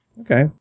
Okay